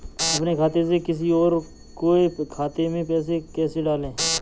अपने खाते से किसी और के खाते में पैसे कैसे डालें?